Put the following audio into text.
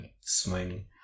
swing